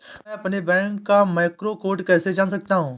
मैं अपने बैंक का मैक्रो कोड कैसे जान सकता हूँ?